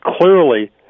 clearly